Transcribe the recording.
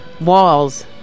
walls